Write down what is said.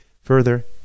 Further